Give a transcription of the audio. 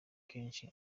kenshi